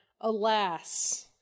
alas